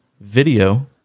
video